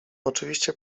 oczywiście